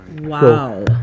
Wow